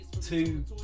Two